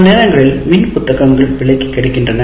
சில நேரங்களில் மின் புத்தகங்கள் விலைக்கு கிடைக்கின்றன